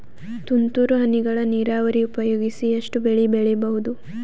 ತುಂತುರು ಹನಿಗಳ ನೀರಾವರಿ ಉಪಯೋಗಿಸಿ ಎಷ್ಟು ಬೆಳಿ ಬೆಳಿಬಹುದು?